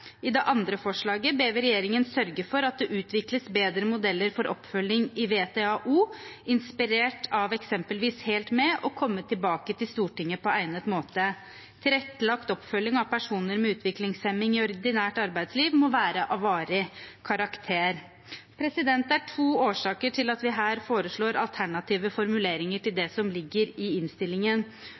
I det andre forslaget ber vi regjeringen sørge for at det utvikles bedre modeller for oppfølging i VTA-O, inspirert av eksempelvis Helt Med, og komme tilbake til Stortinget på egnet måte. Tilrettelagt oppfølging av personer med utviklingshemning i ordinært arbeidsliv må være av varig karakter. Det er to årsaker til at vi her foreslår alternative formuleringer til det som ligger i innstillingen.